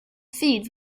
seeds